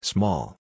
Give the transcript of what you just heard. Small